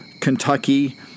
Kentucky